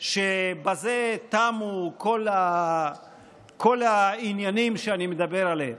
שבזה תמו כל העניינים שאני מדבר עליהם.